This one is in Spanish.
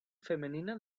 femenina